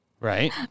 Right